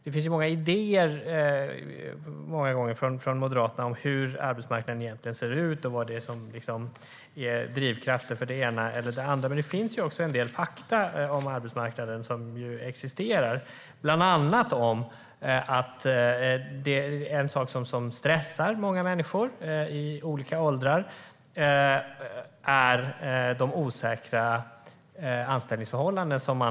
Det finns ju många gånger idéer från Moderaterna om hur arbetsmarknaden egentligen ser ut och vad som ger drivkrafter för det ena eller det andra. Det finns dock även en del fakta som existerar om arbetsmarknaden, bland annat att en sak som stressar många människor i olika åldrar är de osäkra anställningsförhållanden de har.